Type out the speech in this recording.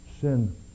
Sin